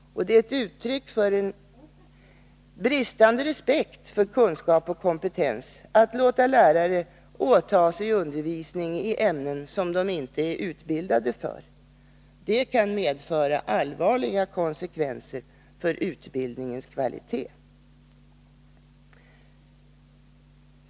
Det är ett uttryck för bristande respekt för kunskap och kompetens att låta lärare åta sig undervisning i ämnen som de inte är utbildade för. Detta kan medföra allvarliga konsekvenser för utbildningens kvalitet.